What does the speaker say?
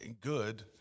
Good